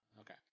Okay